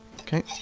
Okay